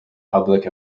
public